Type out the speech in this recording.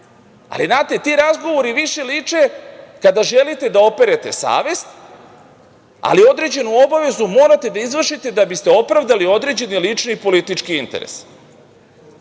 ali ti razgovori više liče, kada želite da operete savest, ali određenu obavezu morate da izvršite da biste opravdali određeni lični i politički interes.